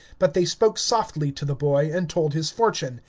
but they spoke softly to the boy, and told his fortune,